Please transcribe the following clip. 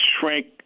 shrink